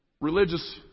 Religious